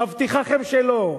מבטיחכם שלא.